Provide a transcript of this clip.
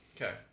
Okay